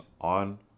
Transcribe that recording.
on